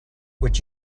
would